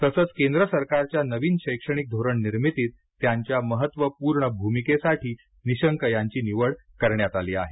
तसचं केंद्र सरकारच्या नवीन शैक्षणिक धोरण निर्मितीत त्यांच्या महत्वपूर्ण भूमिकेसाठी निशंक यांची निवड करण्यात आली आहे